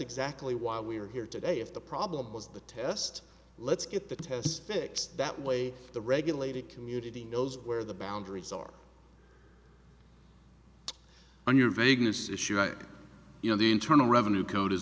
exactly why we're here today if the problem was the test let's get the test fix that way the regulated community knows where the boundaries are on your vegas issue right you know the internal revenue code is